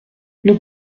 nous